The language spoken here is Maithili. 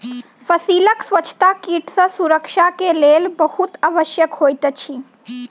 फसीलक स्वच्छता कीट सॅ सुरक्षाक लेल बहुत आवश्यक होइत अछि